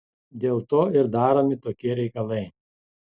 dėl to ir daromi tokie reikalai